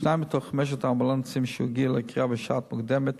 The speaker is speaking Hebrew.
שניים מתוך חמשת האמבולנסים שהגיבו לקריאה בשעה מוקדמת